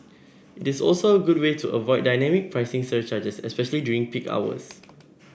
it is also a good way to avoid dynamic pricing surcharges especially during peak hours